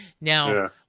Now